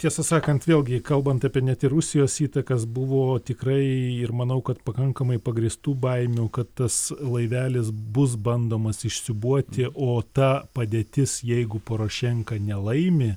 tiesą sakant vėlgi kalbant apie net ir rusijos įtaka buvo tikrai ir manau kad pakankamai pagrįstų baimių kad tas laivelis bus bandomas išsiūbuoti o ta padėtis jeigu porošenka nelaimi